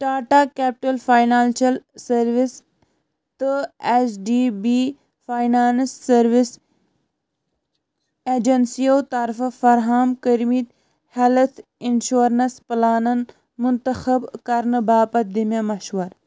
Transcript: Tata capital financial services تہٕ H D B financial services ایجنسیَو طرفہٕ فراہم کٔرمٕتۍ ہیلتھ انشورنس پلانَن منتخب کرنہٕ باپتھ دِ مےٚ مشوَرٕ